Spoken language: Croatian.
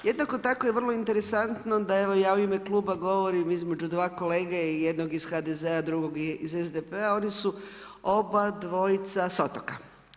Jednako tako je vrlo interesantno da ja u ime kluba govorim između dva kolege, jednog iz HDZ-a, drugog iz SDP-a, oni su oba dvojica s otoka.